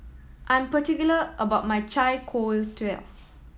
I'm particular about my